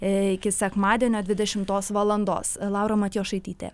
iki sekmadienio dvidešimtos valandos laura matjošaitytė